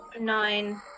Nine